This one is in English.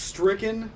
Stricken